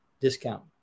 discount